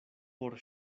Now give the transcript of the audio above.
por